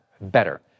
better